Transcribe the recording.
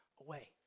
away